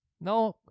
No